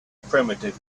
primitive